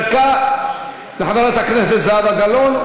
דקה לחברת הכנסת זהבה גלאון,